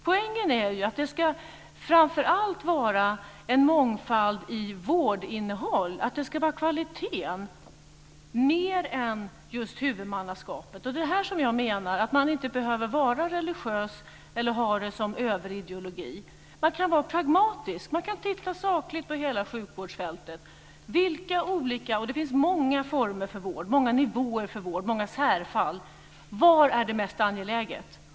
Poängen är att det framför allt ska vara en mångfald i vårdinnehållet. Man ska mera se till kvaliteten än till huvudmannaskapet, och man kan som överideologi ha att vara pragmatisk. Det finns på sjukvårdsfältet många vårdformer, vårdnivåer och särfall. Vad är mest angeläget?